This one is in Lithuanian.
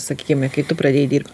sakykime kai tu pradėjai dirbt